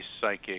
psychic